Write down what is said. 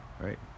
Right